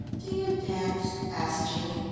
do you dance? asked jean.